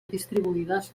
distribuïdes